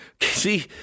See